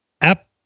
App